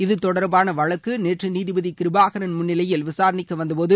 இத்தொடர்பான வழக்கு நேற்று நீதிபதி கிருபாகரன் முன்னிலையில் விசாரணைக்கு வந்தபோது